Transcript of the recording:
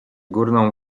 górną